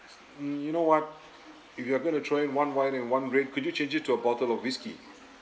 mm you know what if you're going to throw in one white and one red could you change it to a bottle of whisky